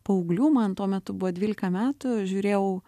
paauglių man tuo metu buvo dvylika metų žiūrėjau